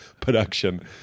production